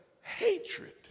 hatred